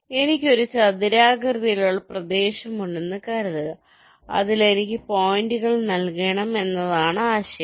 എനിക്ക് ഒരു ചതുരാകൃതിയിലുള്ള പ്രദേശമുണ്ടെന്ന് കരുതുക അതിൽ എനിക്ക് പോയിന്റുകൾ നൽകണം എന്നതാണ് ആശയം